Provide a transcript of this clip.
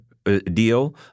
Deal